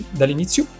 dall'inizio